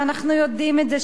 ואנחנו יודעים את זה,